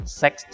sex